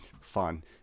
Fun